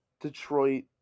Detroit